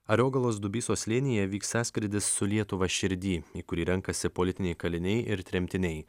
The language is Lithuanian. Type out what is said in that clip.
ariogalos dubysos slėnyje vyks sąskrydis su lietuva širdy į kurį renkasi politiniai kaliniai ir tremtiniai